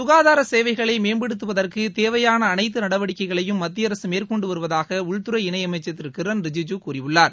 சுகாதார சேவைகளை மேம்படுத்துவதற்கு தேவையாள அனைத்து நடவடிக்கைகளையும் மத்தியஅரசு மேற்கொண்டு வருவதாக உள்துறை இணையமைச்சர் திரு கிரண் ரிஜ்ஸ்ஜூ கூறியுள்ளார்